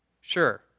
Sure